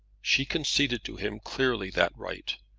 she conceded to him clearly that right,